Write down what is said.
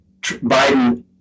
Biden